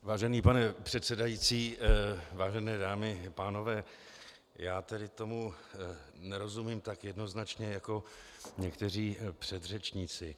Vážený pane předsedající, vážené dámy a pánové, já tedy tomu nerozumím tak jednoznačně jako někteří předřečníci.